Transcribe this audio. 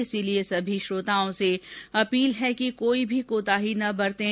इसलिए सभी श्रोताओं से अपील है कि कोई भी कोताही न बरतें